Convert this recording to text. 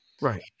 right